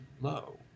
low